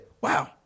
wow